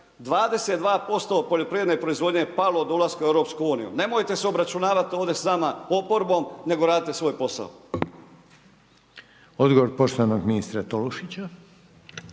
22% poljoprivredne proizvodnje je palo od ulaska u EU, nemojte se obračunavati ovdje s nama oporbom, nego radite svoj posao. **Reiner, Željko (HDZ)** Odgovor poštovanog ministra Tolušića.